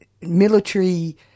military